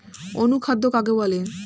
অনুখাদ্য কাকে বলে?